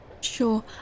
Sure